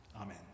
Amen